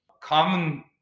Common